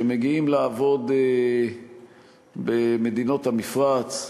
שמגיעים לעבוד במדינות המפרץ.